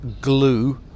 glue